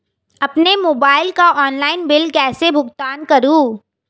अपने मोबाइल का online bill कैसे भुगतान करूं?